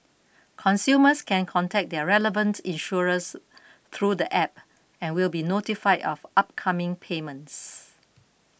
consumers can contact their relevant insurers through the app and will be notified of upcoming payments